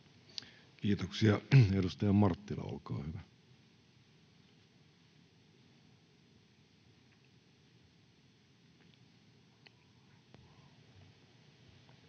Kiitoksia. — Edustaja Marttila, olkaa hyvä.